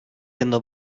ayında